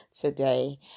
today